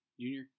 junior